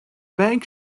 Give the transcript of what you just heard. bank